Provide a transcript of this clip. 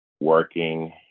working